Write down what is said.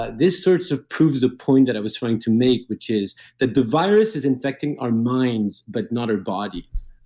ah this sort of proves the point that i was trying to make, which is that the virus is infecting our minds but not our bodies